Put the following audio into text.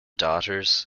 daughters